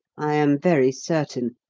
i am very certain.